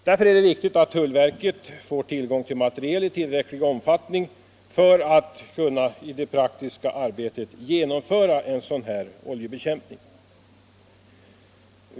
Därför är det viktigt att tullverket får tillgång till material i tillräcklig omfattning för att kunna genomföra en sådan här oljebekämpning i praktiken.